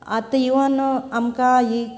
आतां इवन आमकां ही